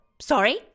Sorry